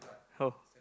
how